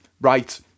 right